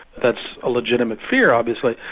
that's a legitimate fear, obviously,